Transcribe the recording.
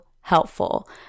helpful